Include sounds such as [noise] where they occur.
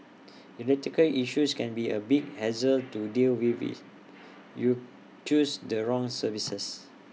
[noise] electrical issues can be A big hassle to deal with if you choose the wrong services